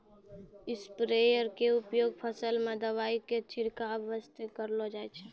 sprayer के उपयोग फसल मॅ दवाई के छिड़काब वास्तॅ करलो जाय छै